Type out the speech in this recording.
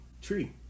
tree